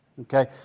okay